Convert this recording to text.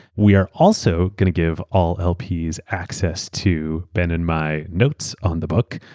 we are also going to give all lps access to ben and my notes on the book.